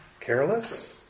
careless